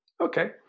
Okay